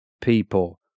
people